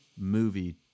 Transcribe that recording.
movie